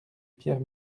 pierre